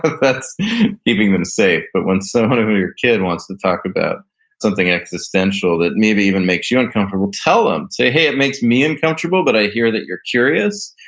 that's keeping them safe. but when so suddenly your kid wants to talk about something existential that maybe even makes you uncomfortable, tell them. say, hey, it makes me uncomfortable, but i hear that you're curious,